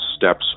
steps